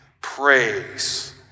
Praise